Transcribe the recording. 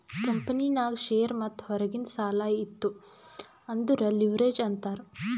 ಕಂಪನಿನಾಗ್ ಶೇರ್ ಮತ್ತ ಹೊರಗಿಂದ್ ಸಾಲಾ ಇತ್ತು ಅಂದುರ್ ಲಿವ್ರೇಜ್ ಅಂತಾರ್